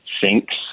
sinks